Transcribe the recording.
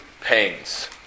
pains